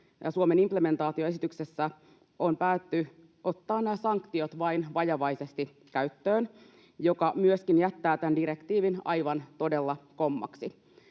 Suomen implementaatioesityksessä on päätetty ottaa direktiivin sanktiot vain vajavaisesti käyttöön, mikä myöskin jättää tämän direktiivin aivan todella kommaksi.